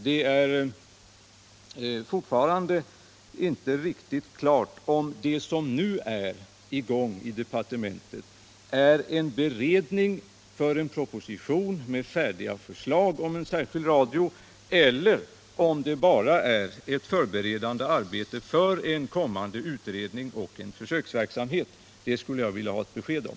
Det är fortfarande inte riktigt klart om det som nu är i gång i departementet är en beredning för en proposition med färdiga förslag om en särskild radio eller om det bara är ett förberedande arbete för en kommande utredning och en försöksverksamhet. Det skulle jag vilja ha ett besked om.